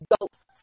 ghosts